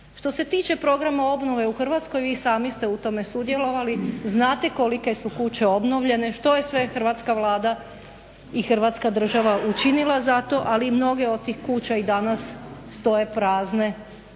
Što se tiče programa obnove u Hrvatskoj i vi sami ste u tome sudjelovali znate kolike su kuće obnovljene, što je sve hrvatska Vlada i Hrvatska država učinila za to ali mnoge od tih kuća i danas stoje prazne